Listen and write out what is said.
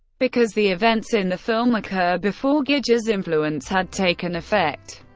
because the events in the film occur before giger's influence had taken effect.